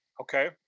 Okay